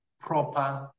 proper